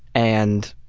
and